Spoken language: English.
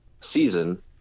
season